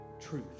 truth